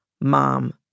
mom